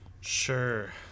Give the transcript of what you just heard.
Sure